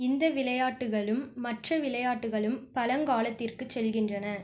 இந்த விளையாட்டுகளும் மற்ற விளையாட்டுகளும் பழங்காலத்திற்குச் செல்கின்றன